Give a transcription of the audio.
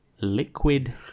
Liquid